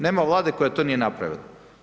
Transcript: Nema Vlade koja to nije napravila.